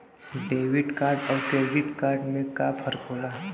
Debit card अउर credit card में का फर्क होला?